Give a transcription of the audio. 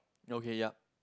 okay ya